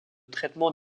traitement